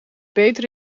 beter